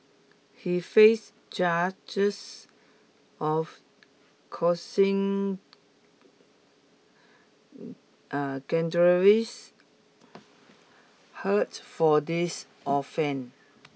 he faced charges of causing dangerous hurt for these offend